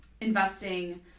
investing